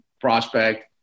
prospect